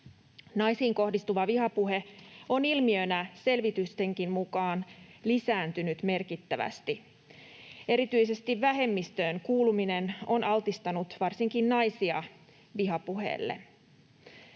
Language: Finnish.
Naisiin kohdistuva vihapuhe on ilmiönä selvitystenkin mukaan lisääntynyt merkittävästi. Erityisesti vähemmistöön kuuluminen on altistanut varsinkin naisia vihapuheelle.